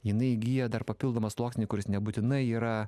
jinai įgyja dar papildomą sluoksnį kuris nebūtinai yra